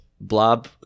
Blob